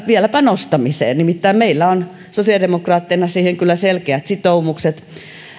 vieläpä nostamiseen nimittäin meillä on sosiaalidemokraatteina siihen kyllä selkeät sitoumukset